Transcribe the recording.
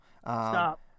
Stop